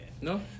No